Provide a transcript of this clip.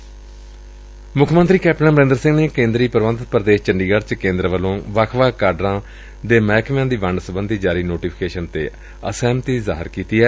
ਪੰਜਾਬ ਦੇ ਮੁੱਖ ਮੰਤਰੀ ਕੈਪਟਨ ਅਮਰਿੰਦਰ ਸਿੰਘ ਨੇ ਕੇਂਦਰੀ ਪ੍ਰਬੰਧਤ ਪ੍ਰਦੇਸ਼ ਚੰਡੀਗੜ ਚ ਕੇਂਦਰ ਵੱਲੋਂ ਵੱਖ ਵੱਖ ਕਾਡਰਾਂ ਦੇ ਮਹਿਕਮਿਆਂ ਦੀ ਵੰਡ ਸਬੰਧੀ ਜਾਰੀ ਨੋਟੀਫੀਕੇਸ਼ਨ ਤੇ ਅਸਹਿਮਤੀ ਜਾਹਿਰ ਕੀਤੀ ਏ